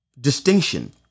distinction